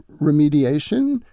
remediation